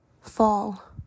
fall